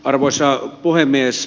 arvoisa puhemies